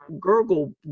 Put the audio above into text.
Gurgle